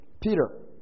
Peter